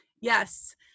Yes